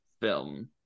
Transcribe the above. film